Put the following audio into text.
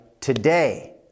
today